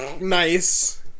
nice